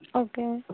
okay